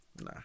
Nah